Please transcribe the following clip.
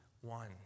one